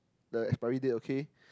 the expiry date okay